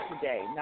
today